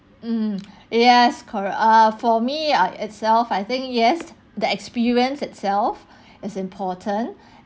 mm yes correct ah for me ah itself I think yes the experience itself is important